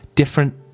different